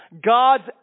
God's